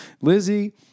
Lizzie